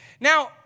Now